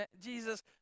Jesus